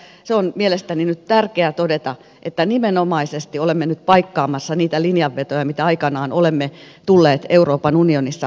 se on mielestäni nyt tärkeä todeta että nimenomaisesti olemme nyt paikkaamassa niitä linjanvetoja mitä aikanaan olemme tulleet euroopan unionissa tekemään